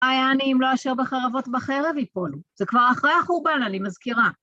"חי אני אם לא אשר בחרבות בחרב יפלו", זה כבר אחרי החורבן, אני מזכירה.